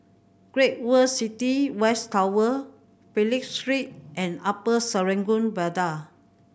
Great World City West Tower Phillip Street and Upper Serangoon Viaduct